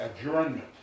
adjournment